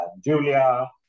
Julia